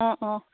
অঁ অঁ